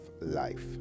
life